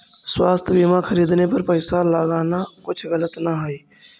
स्वास्थ्य बीमा खरीदने पर पैसा लगाना कुछ गलत न हई